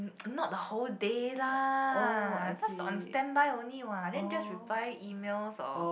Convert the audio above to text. not the whole day lah just on standby only what then just reply emails or